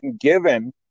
given